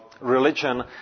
religion